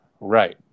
Right